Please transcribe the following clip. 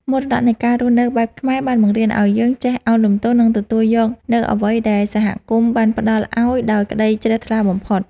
មរតកនៃការរស់នៅបែបខ្មែរបានបង្រៀនឱ្យយើងចេះឱនលំទោន និងទទួលយកនូវអ្វីដែលសហគមន៍បានផ្តល់ឱ្យដោយក្តីជ្រះថ្លាបំផុត។